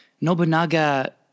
Nobunaga